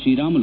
Sriramulu